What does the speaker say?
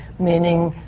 meaning,